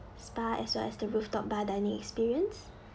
spa as well as the rooftop bar dining experience